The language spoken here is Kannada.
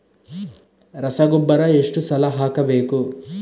ರಸಗೊಬ್ಬರ ಎಷ್ಟು ಸಲ ಹಾಕಬೇಕು?